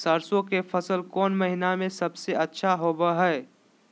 सरसों के फसल कौन महीना में सबसे अच्छा उपज होबो हय?